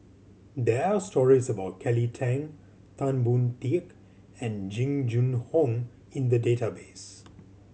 there are stories about Kelly Tang Tan Boon Teik and Jing Jun Hong in the database